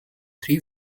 three